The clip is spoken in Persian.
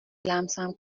لمسم